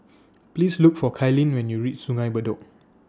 Please Look For Kailyn when YOU REACH Sungei Bedok